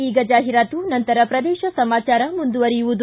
ಈಗ ಜಾಹಿರಾತು ನಂತರ ಪ್ರದೇಶ ಸಮಾಚಾರ ಮುಂದುವರಿಯುವುದು